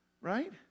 right